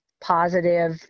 positive